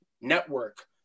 network